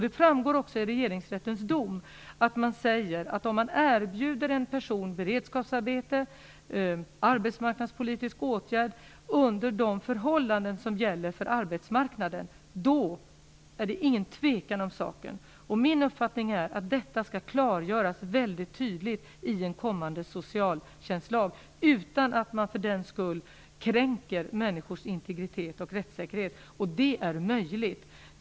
Det framgår också av Regeringsrättens dom. Om man erbjuder en person beredskapsarbete och arbetsmarknadspolitiska åtgärder under de förhållanden som gäller för arbetsmarknaden, är det ingen tvekan om saken. Min uppfattning är att detta skall klargöras mycket tydligt i en kommande socialtjänstlag - utan att man för den skull kränker människors integritet och rättssäkerhet. Det är möjligt.